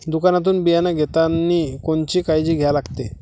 दुकानातून बियानं घेतानी कोनची काळजी घ्या लागते?